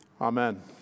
amen